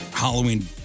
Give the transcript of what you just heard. Halloween